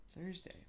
Thursday